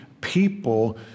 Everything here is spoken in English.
people